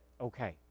Okay